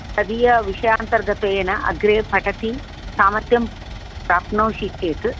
तदीयविषयान्तर्गतेन अग्रे पठति सामर्थ्यं प्राप्नोषि चेत्